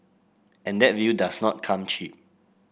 and that view does not come cheap